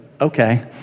okay